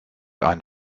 einen